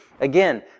Again